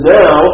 now